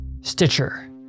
stitcher